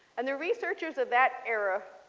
and the researchers of that area